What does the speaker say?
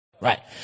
Right